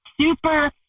super